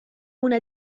una